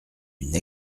une